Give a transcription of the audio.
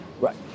right